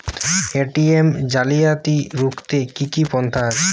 ATM জালিয়াতি রুখতে কি কি পন্থা আছে?